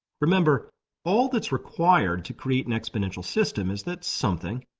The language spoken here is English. remember all that's required to create an exponential system is that something,